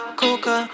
coca